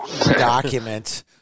document